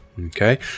Okay